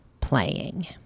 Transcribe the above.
playing